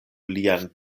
lian